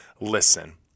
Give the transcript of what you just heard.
Listen